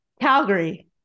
Calgary